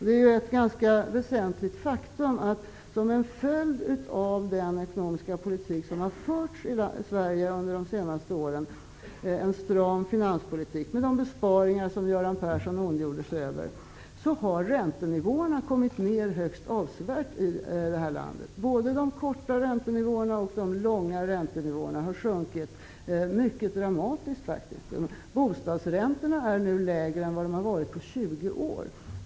Det är ett ganska väsentligt faktum, att som en följd av den ekonomiska politik som har förts i Sverige under de senaste åren, dvs. en stram finanspolitik -- med de besparingar som Göran Persson ondgjorde sig över --, har räntenivåerna i landet kommit ner högst avsevärt. Både de korta och de långa räntenivåerna har sjunkit mycket dramatiskt. Bostadsräntorna är nu lägre än de har varit på 20 år.